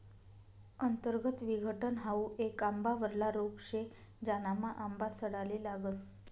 अंतर्गत विघटन हाउ येक आंबावरला रोग शे, ज्यानामा आंबा सडाले लागस